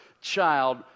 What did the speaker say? child